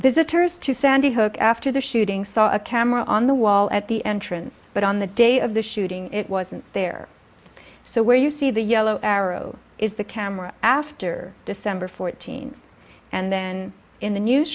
visitors to sandy hook after the shooting saw a camera on the wall at the entrance but on the day of the shooting it wasn't there so where you see the yellow arrow is the camera after december fourteenth and then in the new